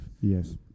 Yes